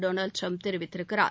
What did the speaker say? Donald Trump தெரிவித்திருக்கிறார்